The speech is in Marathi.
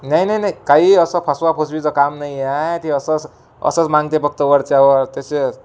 नाही नाही नाही काहीही असं फसवाफसवीचं काम नाही आहे ते असंस असंच मागते फक्त वरच्यावर तसेच